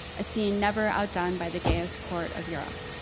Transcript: a scene never outdone by the gayest court of europe.